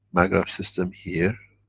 magrav system here,